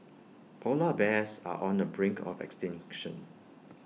Polar Bears are on the brink of extinction